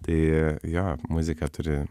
tai jo muzika turi